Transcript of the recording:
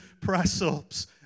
press-ups